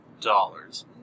dollars